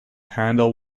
handle